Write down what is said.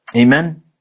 Amen